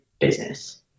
business